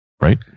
Right